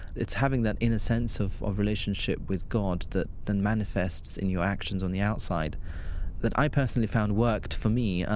it's having that inner sense of of relationship with god that manifests in your actions on the outside that i personally found worked for me.